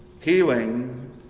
Healing